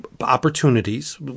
opportunities